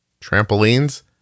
Trampolines